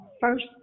first